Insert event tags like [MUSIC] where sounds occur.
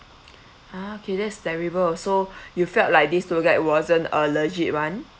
[NOISE] ah okay that's terrible so [BREATH] you felt like this tour guide wasn't a legit one